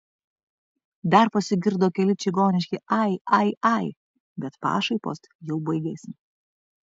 dar pasigirdo keli čigoniški ai ai ai bet pašaipos jau baigėsi